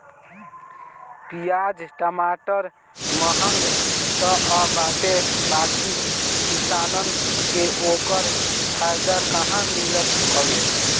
पियाज टमाटर महंग तअ बाटे बाकी किसानन के ओकर फायदा कहां मिलत हवे